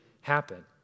happen